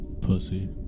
Pussy